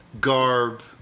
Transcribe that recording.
garb